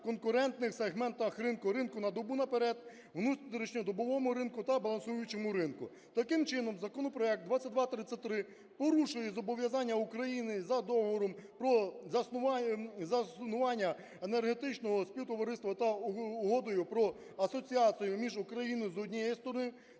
на конкурентних сегментах ринку, ринку на добу наперед, внутрішньодобовому ринку та балансуючому ринку. Таким чином, законопроект 2233 порушує зобов'язання України за Договором про заснування Енергетичного співтовариства та Угодою про асоціацію між Україною, з однієї сторони,